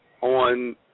on